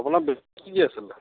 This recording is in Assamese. আপোনাৰ বেগটোত কি কি আছিলে